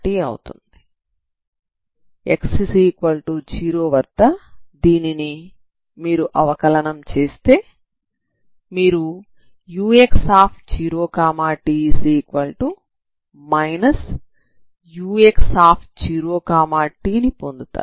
x0 వద్ద దీనిని మీరు అవకలనం చేస్తే మీరు ux0t ux0t ని పొందుతారు